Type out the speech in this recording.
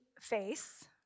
face